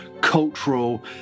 cultural